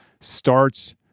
starts